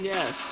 Yes